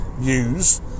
use